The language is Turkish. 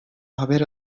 haber